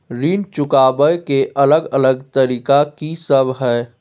ऋण चुकाबय के अलग अलग तरीका की सब हय?